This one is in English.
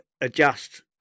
adjust